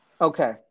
Okay